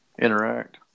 interact